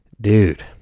dude